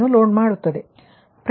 6 ಮೆಗಾವ್ಯಾಟ್ನ